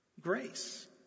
grace